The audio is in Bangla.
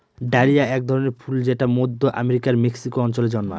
ডালিয়া এক ধরনের ফুল যেটা মধ্য আমেরিকার মেক্সিকো অঞ্চলে জন্মায়